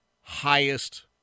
highest